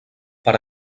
per